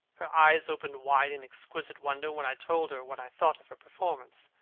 her eyes opened wide in exquisite wonder when i told her what i thought of her performance,